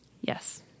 Yes